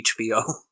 HBO